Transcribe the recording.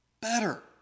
better